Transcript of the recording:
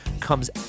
comes